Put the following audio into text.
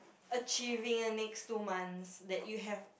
achieving in the next two months that you have